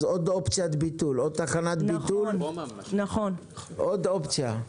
אז עוד תחנת ביטול, עוד אופציה.